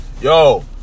Yo